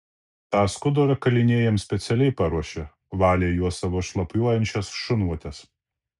tą skudurą kaliniai jam specialiai paruošė valė juo savo šlapiuojančias šunvotes